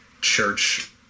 church